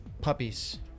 Puppies